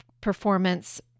performance